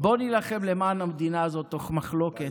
בואו נילחם למען המדינה הזאת, תוך מחלוקת,